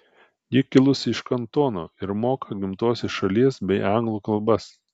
ji kilusi iš kantono ir moka gimtosios šalies bei anglų kalbas